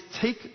take